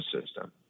system